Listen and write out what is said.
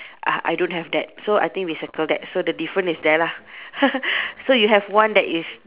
ah I don't have that so I think we circle that so the difference is there lah so you have one that is